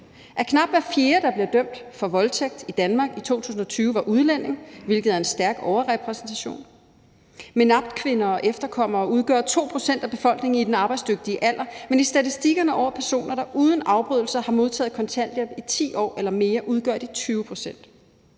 at knap hver fjerde, der blev dømt for voldtægt i Danmark i 2020, var udlænding, hvilket er en stærk overrepræsentation. MENAPT-kvinder og -efterkommere udgør 2 pct. af befolkningen i den arbejdsdygtige alder, men i statistikkerne over personer, der uden afbrydelser har modtaget kontanthjælp i 10 år eller mere, udgør de 20 pct.